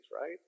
right